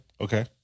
Okay